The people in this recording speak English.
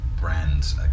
brands